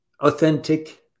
authentic